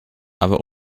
aber